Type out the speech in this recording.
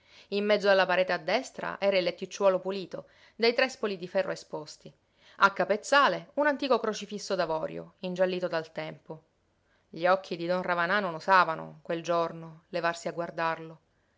in mezzo alla parete a destra era il letticciuolo pulito dai trespoli di ferro esposti a capezzale un antico crocifisso d'avorio ingiallito dal tempo gli occhi di don ravanà non osavano quel giorno levarsi a guardarlo